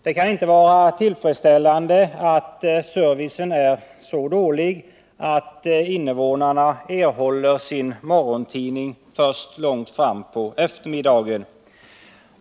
Det kan inte vara tillfredsställande att servicen är så dålig att invånarna erhåller sin morgontidning först långt fram på eftermiddagen.